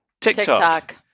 TikTok